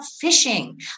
fishing